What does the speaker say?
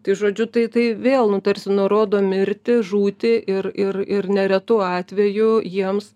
tai žodžiu tai tai vėl nu tarsi nurodo mirtį žūtį ir ir ir neretu atveju jiems